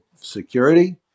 security